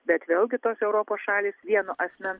bet vėlgi tos europos šalys vieno asmens